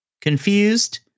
confused